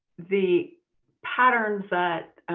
the patterns that